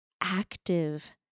active